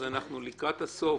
אנחנו לקראת הסוף